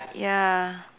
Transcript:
ya